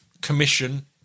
Commission